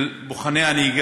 אני אעביר לו.